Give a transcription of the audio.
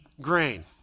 grain